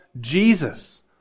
Jesus